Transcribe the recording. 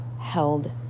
held